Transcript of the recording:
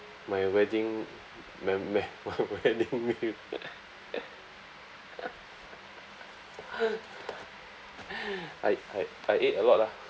my wedding my me~ my wedding meal I I I ate a lot lah